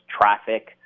traffic